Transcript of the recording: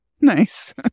nice